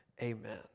Amen